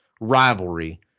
rivalry